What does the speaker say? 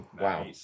Wow